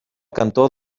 cantó